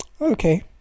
Okay